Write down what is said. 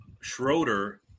Schroeder